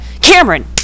Cameron